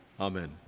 amen